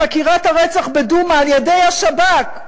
בחקירת הרצח בדומא על-ידי השב"כ,